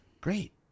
great